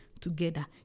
together